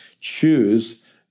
choose